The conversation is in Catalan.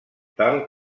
tal